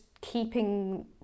keeping